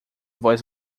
voz